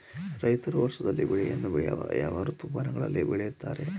ರೈತರು ವರ್ಷದಲ್ಲಿ ಬೆಳೆಯನ್ನು ಯಾವ ಯಾವ ಋತುಮಾನಗಳಲ್ಲಿ ಬೆಳೆಯುತ್ತಾರೆ?